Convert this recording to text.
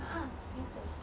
a'ah Singapore